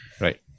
Right